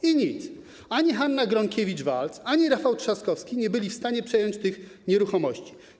I nic. Ani Hanna Gronkiewicz-Waltz, ani Rafał Trzaskowski nie byli w stanie przejąć tych nieruchomości.